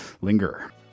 Linger